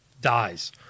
dies